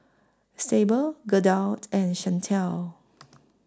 Syble Gerda and Shantel